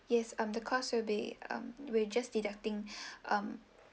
yes um the cost will be um we'll just deducting um